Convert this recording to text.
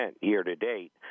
year-to-date